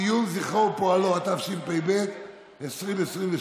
(ציון זכרו ופועלו), התשפ"ב 2022,